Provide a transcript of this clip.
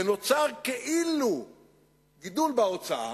ונוצר כאילו גידול בהוצאה,